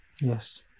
Yes